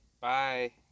Bye